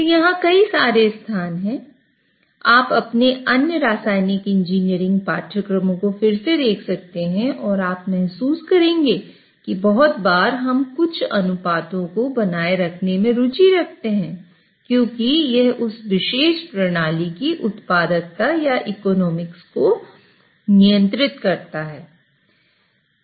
यहां कई सारे स्थान हैं आप अपने अन्य रासायनिक इंजीनियरिंग पाठ्यक्रमों को फिर से देख सकते हैं और आप महसूस करेंगे कि बहुत बार हम कुछ अनुपातों को बनाए रखने में रुचि रखते हैं क्योंकि यह उस विशेष प्रणाली की उत्पादकता या इकोनॉमिक्स को नियंत्रित करता है